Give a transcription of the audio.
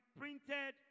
printed